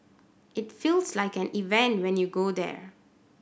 it feels like an event when you go there